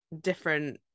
different